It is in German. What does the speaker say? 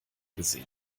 gesehen